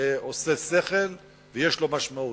עושה שכל ויש לו משמעות.